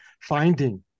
finding